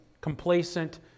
complacent